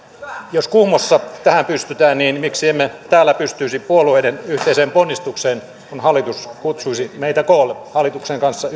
jos kuhmossa tähän pystytään niin miksi emme täällä pystyisi puolueiden yhteiseen ponnistukseen kun hallitus kutsuisi meidät koolle oppositiopuolueet hallituksen kanssa